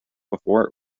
before